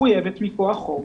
מחויבת מכוח חוק